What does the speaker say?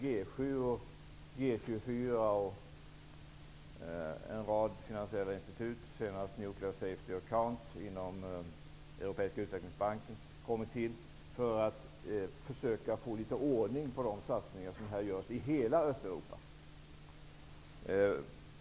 G 7, G 24 och en rad finansiella institut, senast Nuclear Safety Account inom Europeiska utvecklingsbanken, medverkat för att försöka få litet ordning på de satsningar som görs i hela Östeuropa.